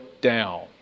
down